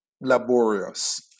laborious